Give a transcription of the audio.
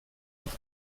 auf